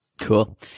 Cool